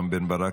רם בן ברק,